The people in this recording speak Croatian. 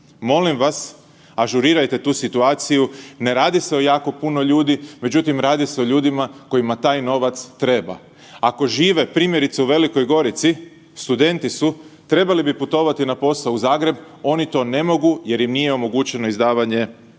molim vas ažurirajte tu situaciju, ne radi se o jako puno ljudi, međutim radi se o ljudima kojima taj novac treba. Ako žive primjerice u Velikoj Gorici, studenti su, trebali bi putovati na posao u Zagreb oni to ne mogu jer im nije omogućeno izdavanje